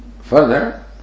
further